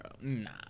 Nah